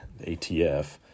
ATF